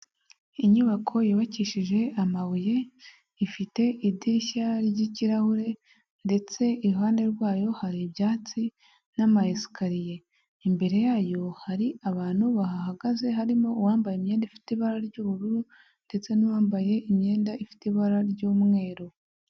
Inyubako yubakishije amabuye, ifite idirishya ry'ikirahure ndetse iruhande rwayo hari ibyatsi n'amayesikariye, imbere yayo hari abantu bahagaze harimo uwambaye imyenda ifite ibara ry'ubururu, ndetse n'uwambaye imyenda ifite ibara ry'umweru.